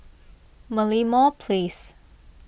Merlimau Place